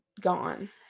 gone